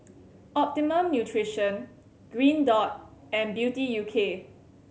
Optimum Nutrition Green Dot and Beauty U K